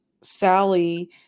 sally